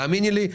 תאמיני לי,